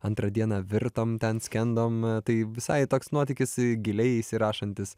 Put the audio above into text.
antrą dieną virtom ten skendom tai visai toks nuotykis giliai įsirašantis